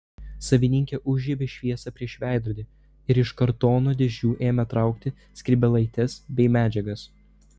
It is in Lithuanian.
savininkė užžiebė šviesą prieš veidrodį ir iš kartono dėžių ėmė traukti skrybėlaites bei medžiagas